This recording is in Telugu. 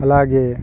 అలాగే